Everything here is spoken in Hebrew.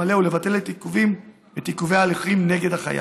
המלא ולבטל את עיכובי ההליכים נגד החייב.